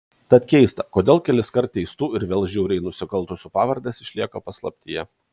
tad keista kodėl keliskart teistų ir vėl žiauriai nusikaltusių pavardės išlieka paslaptyje